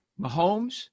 Mahomes